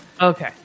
Okay